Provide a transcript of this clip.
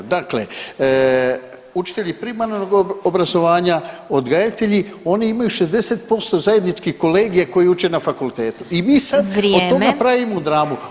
Dakle, učitelji primarnog obrazovanja, odgajatelji oni imaju 60% zajedničkih kolegija koje uče na fakultetu i mi sad od toga [[Upadica: Vrijeme.]] pravimo dramu.